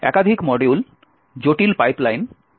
একাধিক মডিউল জটিল পাইপলাইন বেশি মেমোরি